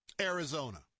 Arizona